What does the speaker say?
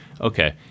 okay